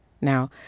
Now